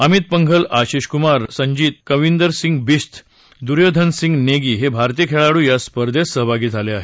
अमित पंघल आशिष कुमार संजीत कविंदर सिंग बिश्त आणि द्योधनसिंग नेगी हे भारतीय खेळाडू या स्पर्धेत सहभागी झाले आहेत